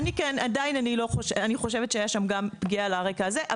עדיין חושבת שהיתה שם פגיעה גם על הרקע הזה.